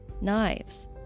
knives